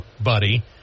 buddy